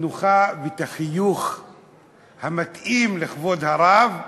התנוחה והחיוך המתאים לכבוד הרב שאמר: